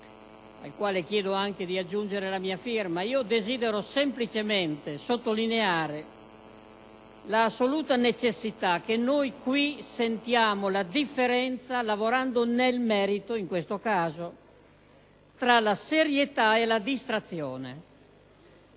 al quale chiedo anche di aggiungere la firma, desidero semplicemente sottolineare con assoluta necessità che noi qui sentiamo la differenza, lavorando nel merito in questo caso, tra la serietà e la distrazione.